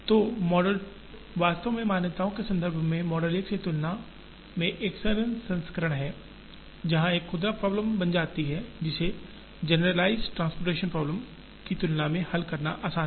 तो मॉडल 2 वास्तव में मान्यताओं के संदर्भ में मॉडल 1 की तुलना में एक सरल संस्करण है जहां एक खुदरा विक्रेता एक से अधिक आपूर्ति समाधान के संदर्भ में प्राप्त कर सकता है क्योंकि यह एक सीधे आगे की ट्रांसपोर्टेशन प्रॉब्लम बन जाती है जिसे जनरलाइज़्ड ट्रान्सपोर्टेंशन प्रॉब्लम की तुलना में हल करना आसान है